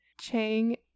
Chang